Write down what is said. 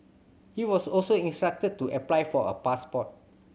he was also instructed to apply for a passport